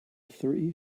three